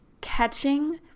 catching